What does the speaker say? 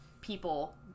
people